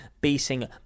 basing